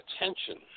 attention